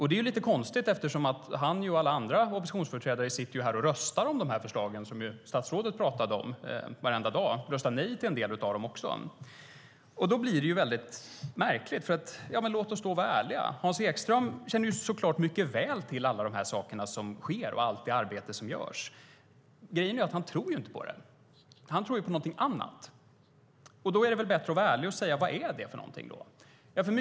Det är konstigt eftersom han och alla andra oppositionsföreträdare röstar om förslagen varenda dag, som statsrådet talade om. Han röstar också nej till en del av dem. Det blir lite märkligt. Men låt oss då vara ärliga. Hans Ekström känner såklart mycket väl till alla de saker som sker och allt det arbete som görs. Men han tror inte på dem. Han tror på något annat. Då är det bättre att vara ärlig och säga vad det är.